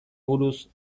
buruz